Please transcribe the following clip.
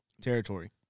territory